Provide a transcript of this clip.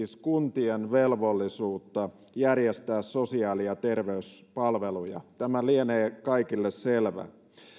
kuntien velvollisuutta järjestää sosiaali ja terveyspalveluja tämä lienee kaikille selvä